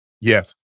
Yes